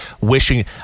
wishing